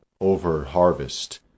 over-harvest